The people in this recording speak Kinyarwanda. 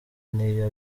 n’iyo